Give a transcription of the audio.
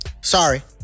Sorry